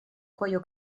cuoio